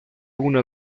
una